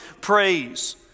praise